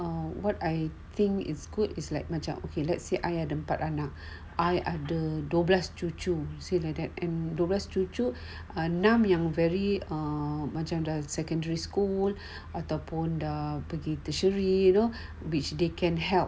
ah what I think it's good it's like macam let's say I ada empat anak I ada dua belas cucu something like that dua belas cucu enam yang very um macam dah secondary school ataupun dah pergi tertiary you know which they can help